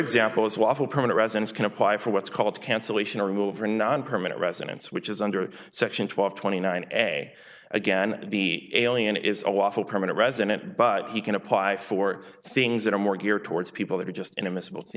examples waffle permanent residents can apply for what's called cancellation or remove or non permanent residence which is under section twelve twenty nine a again the alien is a lawful permanent resident but he can apply for things that are more geared towards people that are just